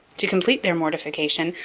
to complete their mortification,